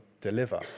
deliver